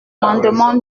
l’amendement